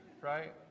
right